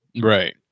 Right